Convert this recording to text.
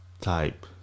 type